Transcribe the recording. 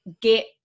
get